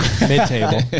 Mid-table